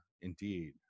indeed